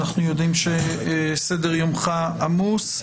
אנחנו יודעים שסדר יומך עמוס.